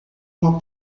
uma